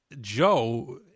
Joe